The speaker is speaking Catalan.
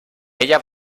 ella